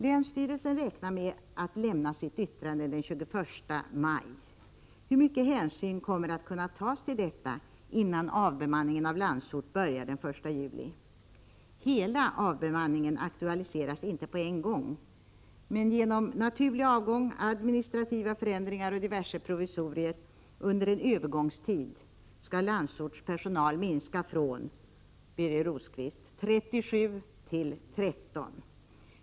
Länsstyrelsen räknar med att lämna sitt yttrande den 21 maj. Hur mycket hänsyn kommer att kunna tas till detta innan avbemanningen av Landsort börjar den 1 juli? Hela avbemanningen aktualiseras inte på en gång, men genom naturlig avgång, administrativa förändringar och diverse provisorier under en övergångstid skall Landsorts personal, Birger Rosqvist, minska från 37 till 13.